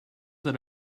that